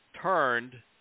turned